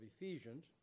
Ephesians